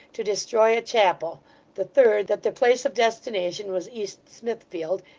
to destroy a chapel the third, that their place of destination was east smithfield,